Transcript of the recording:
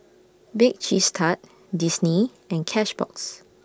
Bake Cheese Tart Disney and Cashbox